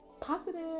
positive